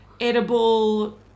Edible